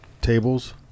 tables